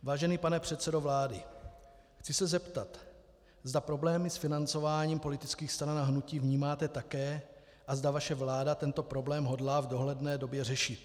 Vážený pane předsedo vlády, chci se zeptat, zda problémy s financováním politických stran a hnutí vnímáte také a zda vaše vláda tento problém hodlá v dohledné době řešit.